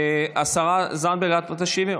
השרה זנדברג, את תשיבי?